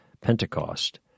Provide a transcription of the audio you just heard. Pentecost